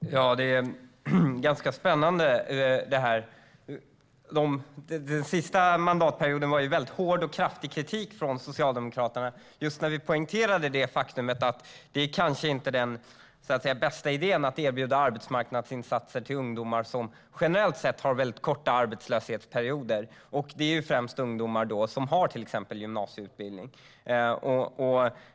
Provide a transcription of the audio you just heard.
Fru talman! Det här är ganska spännande. Den senaste mandatperioden kom det ju hård och kraftig kritik från Socialdemokraterna när vi poängterade just det faktum att det kanske inte är den bästa idén att erbjuda arbetsmarknadsinsatser till ungdomar som generellt sett har väldigt korta arbetslöshetsperioder. Det är ju främst ungdomar som har till exempel gymnasieutbildning.